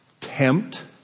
tempt